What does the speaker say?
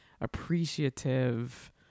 appreciative